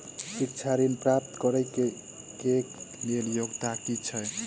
शिक्षा ऋण प्राप्त करऽ कऽ लेल योग्यता की छई?